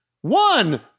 One